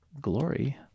glory